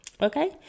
okay